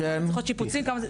כמה צריכות שיפוצים.